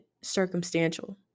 circumstantial